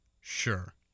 Sure